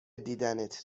دیدنت